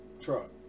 truck